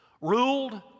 ruled